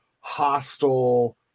hostile